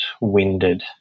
winded